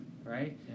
right